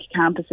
campuses